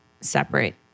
separate